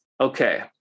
okay